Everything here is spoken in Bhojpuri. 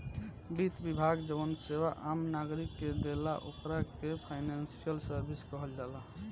वित्त विभाग जवन सेवा आम नागरिक के देला ओकरा के फाइनेंशियल सर्विस कहल जाला